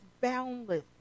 boundless